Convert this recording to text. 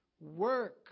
work